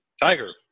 Tiger